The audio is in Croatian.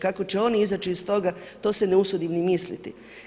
Kako će oni izaći iz toga to se ne usudim ni misliti.